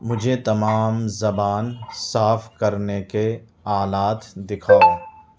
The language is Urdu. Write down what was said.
مجھے تمام زبان صاف کرنے کے آلات دکھاؤ